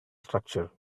structure